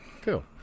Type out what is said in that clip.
cool